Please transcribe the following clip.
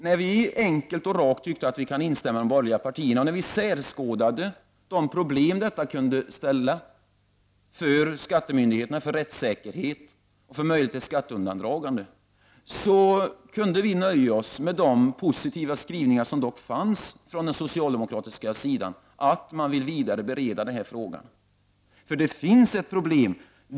När vi enkelt och rakt menade att vi kunde instämma med de borgerliga partierna och när vi skärskådat de problem som detta kunde medföra för skattemyndigheterna, rättssäkerhet och möjlighet till skatteundandragande, kunde vi nöja oss med de positiva skrivningar som dock fanns på den socialdemokratiska sidan, nämligen att man ville bereda frågan ytterligare. Det finns ett problem.